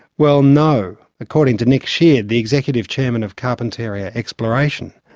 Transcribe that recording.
well, no, according to nick sheard, the executive chairman of carpentaria exploration,